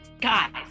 guys